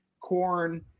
corn